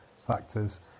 factors